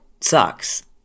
sucks